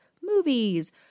movies